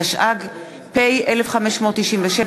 התשע"ג 2013, פ/1597/19.